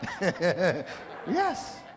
Yes